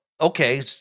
okay